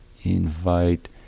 invite